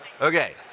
okay